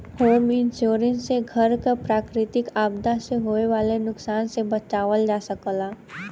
home insurance से घर क प्राकृतिक आपदा से होये वाले नुकसान से बचावल जा सकला